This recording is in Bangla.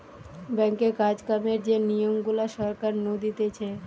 ব্যাঙ্কে কাজ কামের যে নিয়ম গুলা সরকার নু দিতেছে